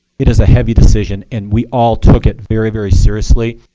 it is a heavy decision, and we all took it very, very seriously.